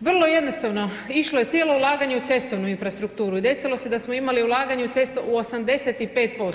vrlo jednostavno išlo je cijelo ulaganje u cestovnu infrastrukturu, i desilo se da smo imali ulaganje u cestu u 85%